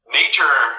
nature